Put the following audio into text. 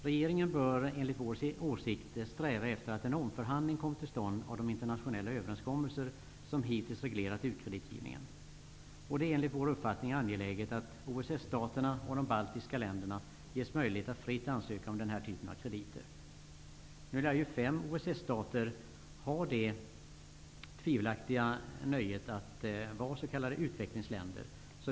Regeringen bör enligt vår åsikt sträva efter att en omförhandling kommer till stånd av de internationella överenskommelser som hittills reglerat u-kreditgivningen. Det är enligt vår uppfattning angeläget att OSS-staterna och de baltiska länderna ges möjlighet att fritt ansöka om den här typen av krediter. Nu lär fem OSS-stater ha det tvivelaktiga nöjet att vara s.k. utvecklingsländer.